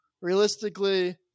Realistically